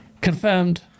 confirmed